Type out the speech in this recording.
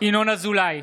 ינון אזולאי,